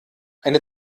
eine